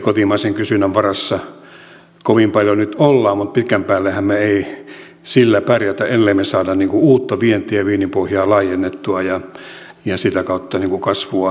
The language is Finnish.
kotimaisen kysynnän varassa kovin paljon nyt ollaan mutta pitkän päällehän me emme sillä pärjää ellemme saa uutta vientiä ja viennin pohjaa laajennettua ja sitä kautta kasvua aikaiseksi